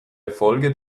erfolge